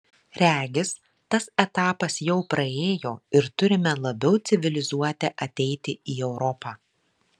regis tas etapas jau praėjo ir turime labiau civilizuoti ateiti į europą